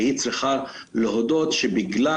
והיא צריכה להודות שבגלל